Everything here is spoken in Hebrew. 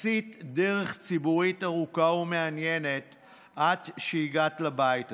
עשית דרך ציבורית ארוכה ומעניינת עד שהגעת לבית הזה,